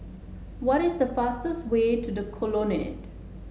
what is the fastest way to The Colonnade